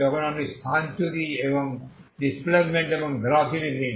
যখন আপনি স্থানচ্যুতি এবং বেগ দিন